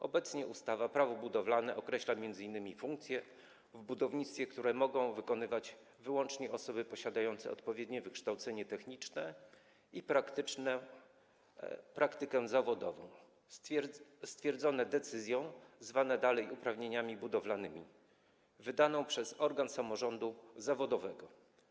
Obecnie ustawa Prawo budowlane określa m.in. funkcje w budownictwie, które mogą wykonywać wyłącznie osoby posiadające odpowiednie wykształcenie techniczne i praktykę zawodową, stwierdzone decyzją zwaną dalej uprawnieniami budowlanymi, wydaną przez organ samorządu zawodowego.